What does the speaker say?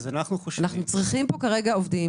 אנחנו צריכים כרגע עובדים